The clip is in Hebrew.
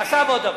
עכשיו עוד דבר.